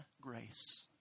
grace